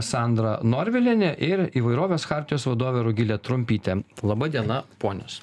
sandra norvilienė ir įvairovės chartijos vadovė rugilė trumpytė laba diena ponios